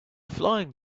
flying